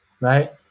right